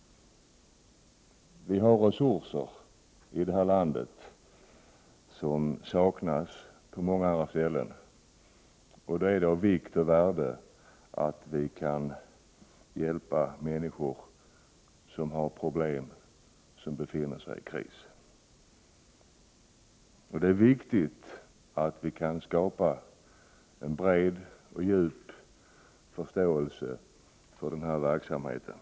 Vi har resurser i det här landet som saknas på många andra ställen. Det är därför av vikt och värde att vi kan hjälpa människor som har problem och som befinner sig i kris. Det är viktigt att vi kan skapa en bred och djup förståelse för den verksamheten.